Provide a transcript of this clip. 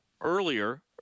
earlier